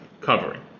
covering